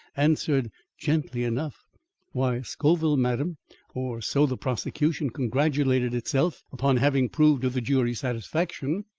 answered gently enough why, scoville, madam or so the prosecution congratulated itself upon having proved to the jury's satisfaction.